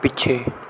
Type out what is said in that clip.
ਪਿੱਛੇ